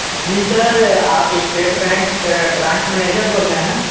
जी sir आप state bank branch manager बोल रहे हैं